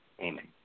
Amen